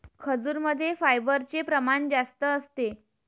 खजूरमध्ये फायबरचे प्रमाण जास्त असते